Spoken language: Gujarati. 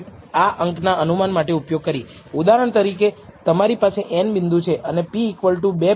તેથી આ રેખા તકનીકી રૂપે 0 0 થી પસાર થવી જોઈએ અને તે તમે કહ્યું છે